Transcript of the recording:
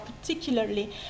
particularly